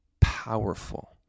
powerful